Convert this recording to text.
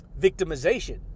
victimization